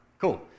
Cool